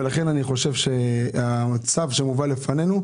ולכן אני חושב שהצו שמובא בפנינו,